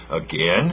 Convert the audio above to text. Again